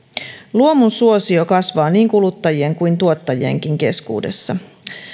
luomun suosio kasvaa niin kuluttajien kuin tuottajienkin keskuudessa